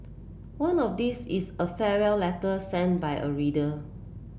one of these is a farewell letter sent by a reader